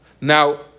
Now